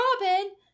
Robin